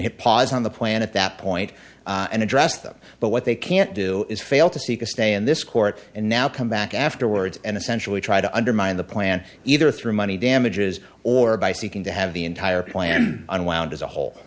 hit pause on the planet that point and address them but what they can't do is fail to seek a stay in this court and now come back afterwards and essentially try to undermine the plan either through money damages or by seeking to have the entire plan unwound as a whole